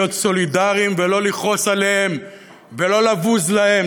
להיות סולידריים ולא לכעוס עליהם ולא לבוז להם.